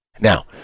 Now